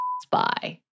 spy